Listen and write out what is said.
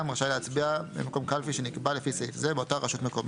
רשאי להצביע במקום קלפי שנקבע לפי סעיף זה באותה רשות מקומית.